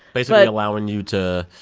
basically allowing you to.